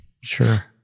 Sure